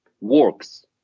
works